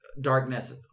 darkness